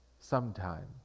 sometime